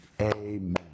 Amen